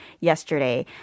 yesterday